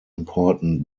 important